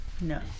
No